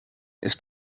ist